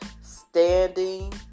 standing